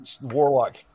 Warlock